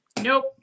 Nope